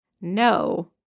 no